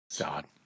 God